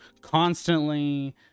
constantly